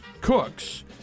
cooks